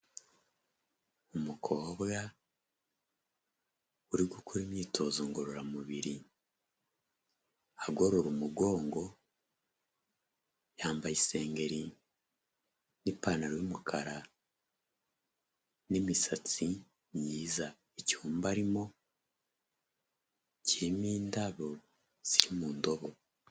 Umukobwa uri gukora imyitozo ngororamubiri, agorora umugongo, yambaye isengeri n'ipantaro y'umukara n'imisatsi myiza, icyumba arimo kirimo indabo ziri mu ndobo.